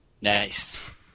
Nice